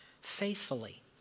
faithfully